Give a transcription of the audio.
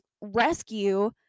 rescue